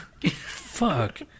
fuck